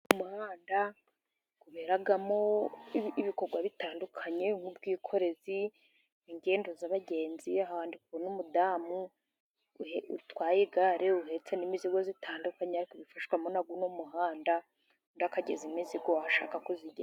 Uyu muhanda uberamo ibikorwa bitandukanye nk'ubwikorezi, ingendo z'abagenzi . Aha ndi kubona umudamu utwaye igare, uhetse n'imizigo itandukanye, ari kubifashwamo n'uno muhandada, akagezi imizigo aho ashaka kuyigeza.